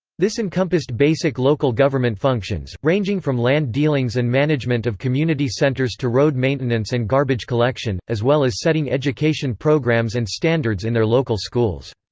this encompassed basic local government functions, ranging from land dealings and management of community centres to road maintenance and garbage collection, as well as setting education programmes and standards in their local schools.